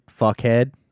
Fuckhead